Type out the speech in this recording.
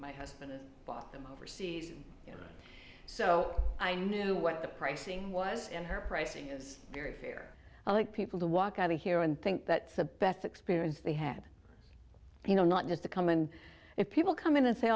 my husband bought them overseas so i knew what the pricing was and her pricing was very fair i like people to walk out here and think that's the best experience they had you know not just to come in if people come in and say